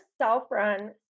self-run